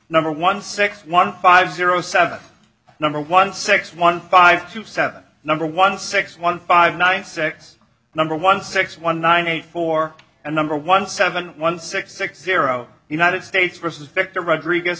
number one six one five zero seven number one six one five seven number one six one five nine six number one six one nine eight four and number one seven one six six zero united states versus victor rodriguez